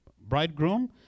bridegroom